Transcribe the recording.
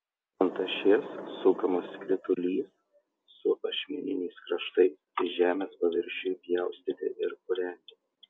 ant ašies sukamas skritulys su ašmeniniais kraštais žemės paviršiui pjaustyti ir purenti